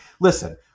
listen